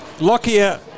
Lockyer